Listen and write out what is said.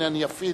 הנה, אני אפעיל